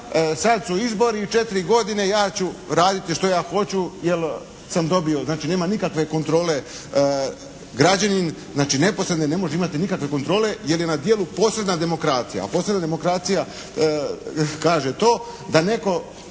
sad su izbori, u četiri godine ja ću raditi što ja hoću jer sam dobio, znači nema nikakve kontrole građanina, znači neposredne, ne može imati nikakve kontrole jer je na djelu posredna demokracija. A posredna demokracija kaže to da netko,